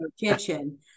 kitchen